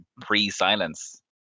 pre-silence